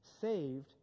saved